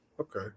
okay